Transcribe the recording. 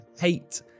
hate